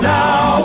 now